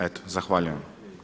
Eto zahvaljujem.